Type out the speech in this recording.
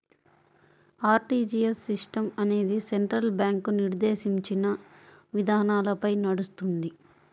RTGS system అనేది central bank నిర్దేశించిన విధానాలపై నడుస్తుంది